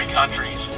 countries